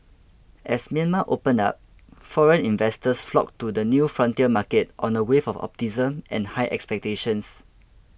as Myanmar opened up foreign investors flocked to the new frontier market on a wave of optimism and high expectations